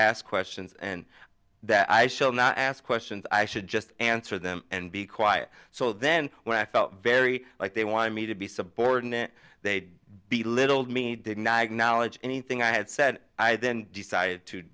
ask questions and that i shall not ask questions i should just answer them and be quiet so then when i felt very like they wanted me to be subordinate they'd be little me did not acknowledge anything i had said i then decided to